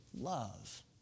love